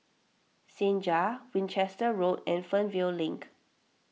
Senja Winchester Road and Fernvale Link